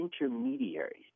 intermediaries